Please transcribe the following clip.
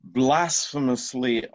blasphemously